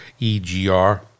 egr